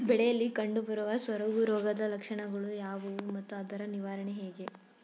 ಬೆಳೆಯಲ್ಲಿ ಕಂಡುಬರುವ ಸೊರಗು ರೋಗದ ಲಕ್ಷಣಗಳು ಯಾವುವು ಮತ್ತು ಅದರ ನಿವಾರಣೆ ಹೇಗೆ?